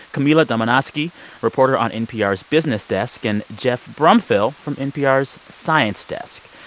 camila domonoske, yeah reporter on npr's business desk, and geoff brumfiel from npr's science desk.